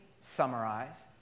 summarize